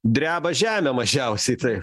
dreba žemė mažiausiai taip